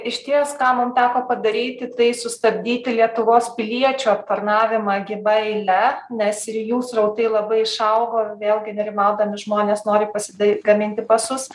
išties ką mum teko padaryti tai sustabdyti lietuvos piliečių aptarnavimą gyva eile nes ir jų srautai labai išaugo vėlgi nerimaudami žmonės nori pasida gaminti pasus